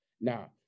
Now